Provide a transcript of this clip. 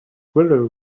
squirrel